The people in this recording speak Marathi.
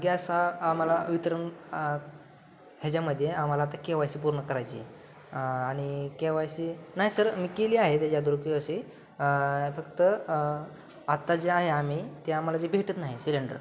गॅस हा आम्हाला वितरण ह्याच्यामध्ये आम्हाला आता के व्हाय सी पूर्ण करायची आहे आणि के व्हाय सी नाही सर मी केली आहे त्याच्या दूर के वाय सी फक्त आत्ता जे आहे आम्ही ते आम्हाला जे भेटत नाही सिलेंडर